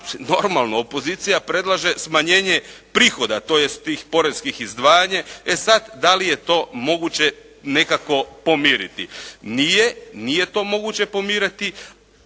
normalno opozicija predlaže smanjenje prihoda tj. tih poreskih izdvajanja. E sad da li je to moguće nekako pomiriti. Nije, nije to moguće pomiriti